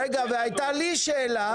רגע והייתה לי שאלה,